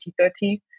2030